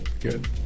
Good